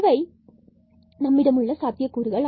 இவை நம்மிடமுள்ள சாத்தியக்கூறுகள்